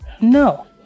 No